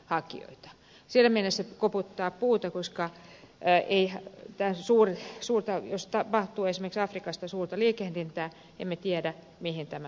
siinä mielessä koputtaa puuta että jos esimerkiksi tapahtuu afrikassa suurta liikehdintää emme tiedä mihin tämä päätyy